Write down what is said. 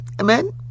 Amen